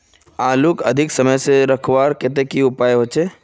आलूक अधिक समय से रखवार केते की उपाय होचे?